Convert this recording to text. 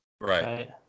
Right